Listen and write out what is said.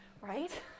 Right